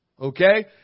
Okay